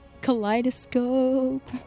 Kaleidoscope